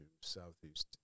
Southeast